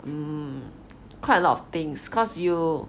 mm quite a lot of things because you